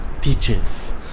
teachers